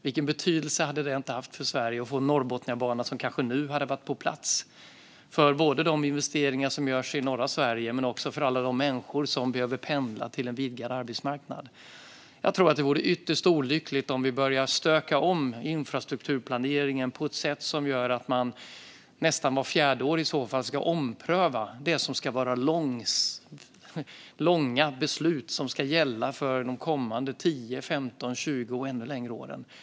Vilken betydelse hade det inte haft för Sverige om Norrbotniabanan hade varit på plats, både för de investeringar som görs i norra Sverige och för alla de människor som behöver pendla till en vidgad arbetsmarknad? Jag tror att det vore ytterst olyckligt att börja stöka om infrastrukturplaneringen och ompröva den vart fjärde år. Det gäller ju långa beslut som ska gälla för de kommande 10-20 åren och ännu längre.